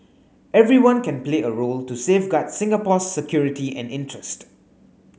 everyone can play a role to safeguard Singapore's security and interest